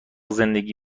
زندگی